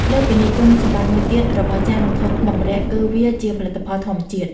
លើសពីនេះ គុណសម្បត្តិមួយទៀតរបស់ ចាន និងថូខ្មុកម្រ័ក្សណ៍គឺវា ជាផលិតផលធម្មជាតិ។